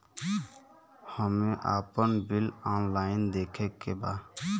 हमे आपन bill online देखे के बा?